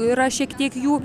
yra šiek tiek jų